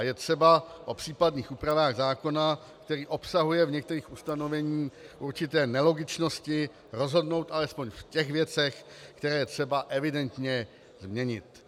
Je třeba o případných úpravách zákona, který obsahuje v některých ustanoveních určité nelogičnosti, rozhodnout alespoň v těch věcech, které je třeba evidentně změnit.